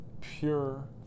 pure